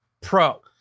Pro